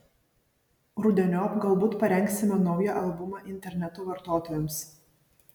rudeniop galbūt parengsime naują albumą interneto vartotojams